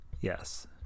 Yes